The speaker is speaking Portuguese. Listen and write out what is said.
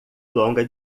longa